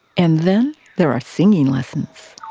and then there are singing lessons.